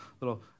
little